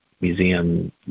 Museum